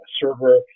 server